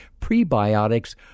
Prebiotics